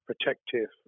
protective